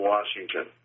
Washington